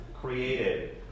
created